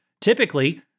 typically